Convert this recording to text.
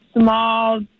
small